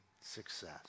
success